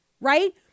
right